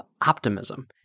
optimism